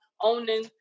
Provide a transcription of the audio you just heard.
owning